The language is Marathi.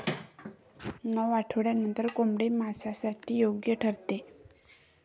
नऊ आठवड्यांनंतर कोंबडी मांसासाठी योग्य ठरते